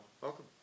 Welcome